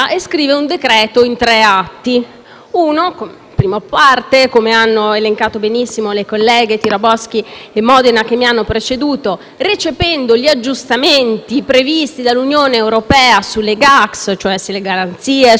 nella prima parte, come hanno elencato benissimo le colleghe Tiraboschi e Modena che mi hanno preceduto, recepisce gli aggiustamenti previsti dall'Unione europea sulle Gacs, cioè sulle garanzie e sulla cartolarizzazione dei crediti;